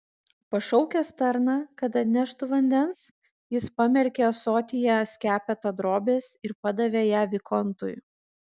pašaukęs tarną kad atneštų vandens jis pamerkė ąsotyje skepetą drobės ir padavė ją vikontui